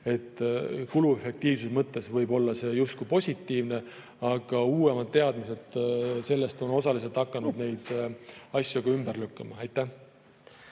et kuluefektiivsuse mõttes võib see olla justkui positiivne, aga uuemad teadmised sellest on osaliselt hakanud neid asju ka ümber lükkama. Aitäh,